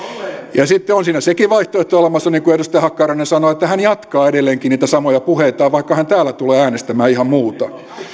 sitten on siinä sekin vaihtoehto olemassa niin kuin edustaja hakkarainen sanoi että hän jatkaa edelleenkin niitä samoja puheitaan vaikka hän täällä tulee äänestämään ihan muuta